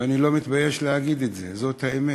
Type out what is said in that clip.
ואני לא מתבייש להגיד את זה, זאת האמת,